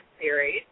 series